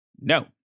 No